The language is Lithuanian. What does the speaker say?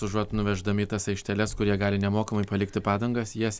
užuot nuveždami į tas aikšteles kur jie gali nemokamai palikti padangas jas